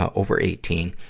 ah over eighteen.